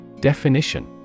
Definition